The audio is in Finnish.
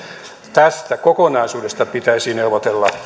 tästä kokonaisuudesta pitäisi neuvotella